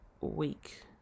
week